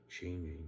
changing